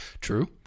True